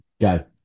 go